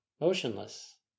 motionless